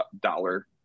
dollar